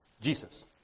Jesus